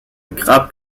grab